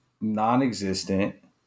non-existent